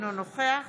אינו נוכח